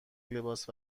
لباس